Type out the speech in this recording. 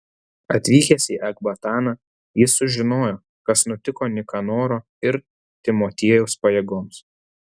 atvykęs į ekbataną jis sužinojo kas nutiko nikanoro ir timotiejaus pajėgoms